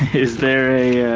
is there a, ah.